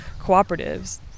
cooperatives